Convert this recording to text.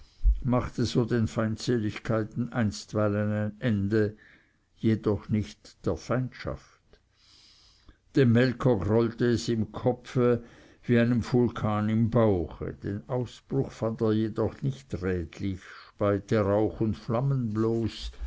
machte so den feindseligkeiten einstweilen ein ende jedoch nicht der feindschaft dem melker grollte es im kopfe wie einem vulkan im bauche den ausbruch fand er jedoch nicht rätlich speite rauch und flammen bloß